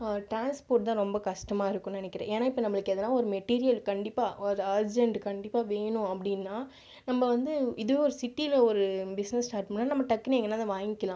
transport தான் ரொம்ப கஷ்டமாக இருக்குன்னு நினைக்கிறேன் ஏன்னா இப்போ நம்மளுக்கு எதனா ஒரு மெட்டீரியல் கண்டிப்பாக ஒரு அர்ஜென்ட் கண்டிப்பாக வேணும் அப்படின்னா நாம் வந்து இதுவே ஒரு சிட்டியில் ஒரு பிஸ்னஸ் ஸ்டார்ட் பண்ணால் நம்ம டக்குன்னு எங்கனாவது வாங்கிக்கலாம்